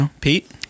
Pete